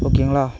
ஓகேங்களா